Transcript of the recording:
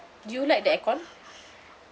do you like the aircon